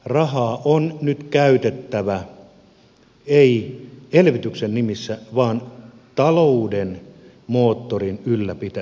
rahaa on nyt käytettävä ei elvytyksen nimissä vaan talouden moottorin ylläpitämiseksi